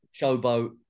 showboat